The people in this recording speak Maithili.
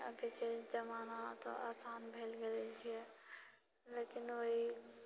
अभीके जमाना तऽ आसान भेल गेलल छिऐ लेकिन ओहि